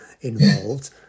involved